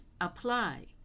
apply